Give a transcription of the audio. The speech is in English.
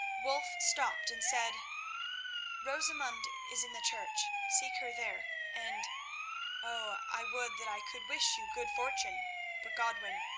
wulf stopped and said rosamund is in the church. seek her there, and oh! i would that i could wish you good fortune but, godwin,